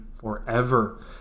forever